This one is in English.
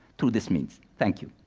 through this means. thank you.